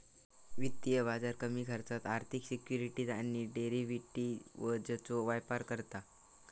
वित्तीय बाजार कमी खर्चावर आर्थिक सिक्युरिटीज आणि डेरिव्हेटिवजचो व्यापार करता